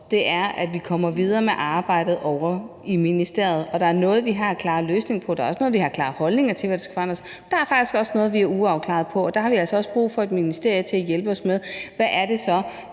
os, er, at vi kommer videre med arbejdede ovre i ministeriet. Og der er noget, vi har klare løsninger på, og der er også noget, vi har klare holdninger til, hvordan skal forandres, og der er faktisk også noget, vi er uafklarede på. Og der har vi altså også brug for et ministerium til at hjælpe os med at se på,